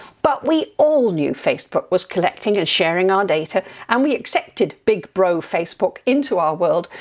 but we all knew facebook was collecting and sharing our data and we accepted big bro facebook into our world,